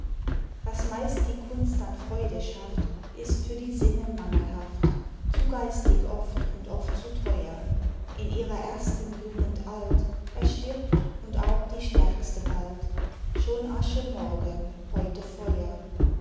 was meist die kunst an freude schafft ist für die sinne mangelhaft zu geistig oft und oft zu theuer in ihrer ersten jugend alt erstirbt und auch die stärkste bald schon asche morgen heute feuer